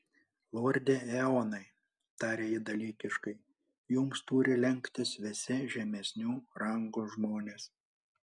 lorde eonai tarė ji dalykiškai jums turi lenktis visi žemesnių rangų žmonės